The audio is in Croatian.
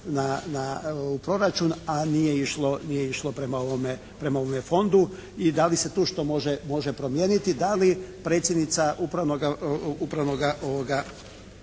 na proračun, a nije išlo prema ovome fondu i da li se tu što može promijeniti, da li predsjednica upravnoga odbora